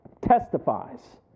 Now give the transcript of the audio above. testifies